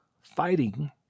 fighting